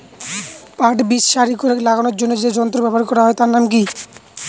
পাট বীজ সারি করে লাগানোর জন্য যে যন্ত্র ব্যবহার হয় তার নাম কি?